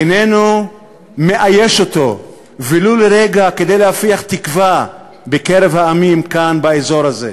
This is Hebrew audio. איננו מאייש אותו ולו לרגע כדי להפיח תקווה בקרב העמים באזור הזה.